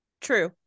true